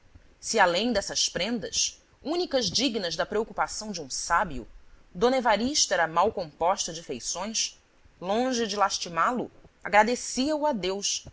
se além dessas prendas únicas dignas da preocupação de um sábio d evarista era mal composta de feições longe de lastimá lo agradecia o a deus